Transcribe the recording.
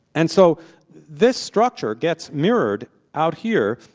and so this structure gets mirrored out here,